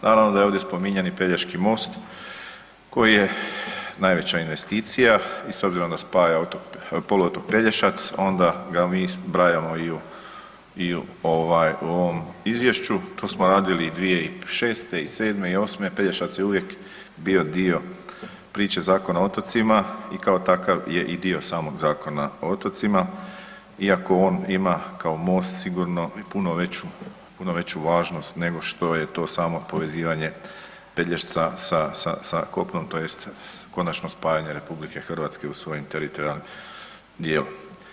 Naravno da je ovdje spominjan i Pelješki most koji je najveća investicija i s obzirom da spaja poluotok Pelješac onda ga bi zbrajamo i u ovaj i ovom izvješću, to smo radili i 2006. i '07. i '08., Pelješac je uvijek bio dio priče Zakona o otocima i kao takav je i dio samog Zakona o otocima iako on ima kao most sigurno i puno veću, puno veću važnost nego što je to samo povezivanje Pelješca sa kopnom tj. konačno spajanje RH u svojim teritorijalnom dijelu.